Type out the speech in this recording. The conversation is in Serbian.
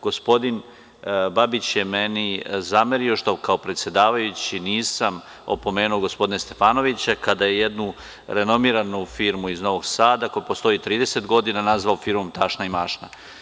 Gospodin Babić je meni zamerio što kao predsedavajući nisam opomenuo gospodina Stefanovića kada je jednu renomiranu firmu iz Novog Sada, koja postoji 30 godina nazvao firmom „tašna i mašna“